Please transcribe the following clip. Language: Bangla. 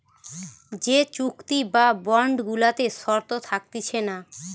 যে চুক্তি বা বন্ড গুলাতে শর্ত থাকতিছে না